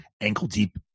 ankle-deep